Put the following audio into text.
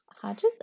Hodges